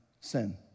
sin